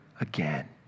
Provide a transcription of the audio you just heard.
again